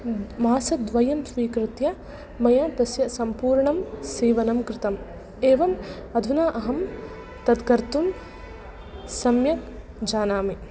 मासद्वयं स्वीकृत्य मया तस्य सम्पूर्णं सीवनं कृतम् एवम् अधुना अहं तत्कर्तुं सम्यक् जानामि